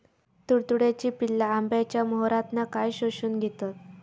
तुडतुड्याची पिल्ला आंब्याच्या मोहरातना काय शोशून घेतत?